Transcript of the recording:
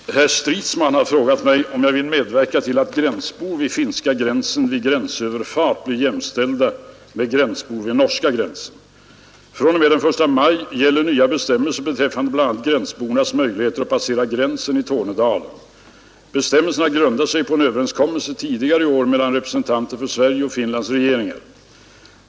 Herr talman! Herr Stridsman har frågat mig om jag vill medverka till att gränsbor vid finska gränsen vid gränsöverfart blir jämställda med gränsbor vid norska gränsen. fr.o.m. den 1 maj gäller nya bestämmelser beträffande bl.a. gränsbornas möjligheter att passera gränsen i Tornedalen. Bestämmelserna grundar sig på en överenskommelse tidigare i år mellan representanter för Sveriges och Finlands regeringar.